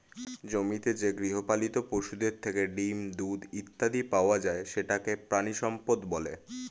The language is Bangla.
জমিতে যে গৃহপালিত পশুদের থেকে ডিম, দুধ ইত্যাদি পাওয়া যায় সেটাকে প্রাণিসম্পদ বলে